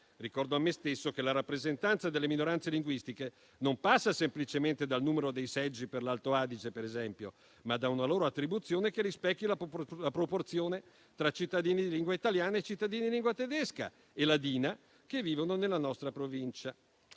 Ricordo a me stesso che la rappresentanza delle minoranze linguistiche non passa semplicemente dal numero dei seggi per l'Alto Adige, per esempio, ma da una loro attribuzione che rispecchia la proporzione tra cittadini di lingua italiana e cittadini di lingua tedesca e ladina che vivono nella nostra Provincia.